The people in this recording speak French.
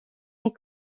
est